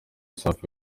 safi